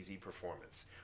Performance